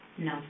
No